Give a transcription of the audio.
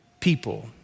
people